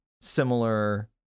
similar